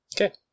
Okay